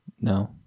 No